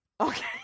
Okay